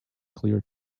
clear